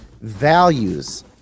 Values